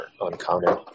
uncommon